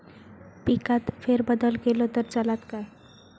पिकात फेरबदल केलो तर चालत काय?